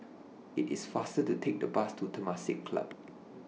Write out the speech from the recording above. IT IS faster to Take The Bus to Temasek Club